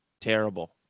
terrible